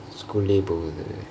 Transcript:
school போகுது:poguthu